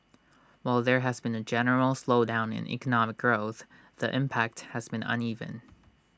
while there has been A general slowdown in economic growth the impact has been uneven